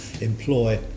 employ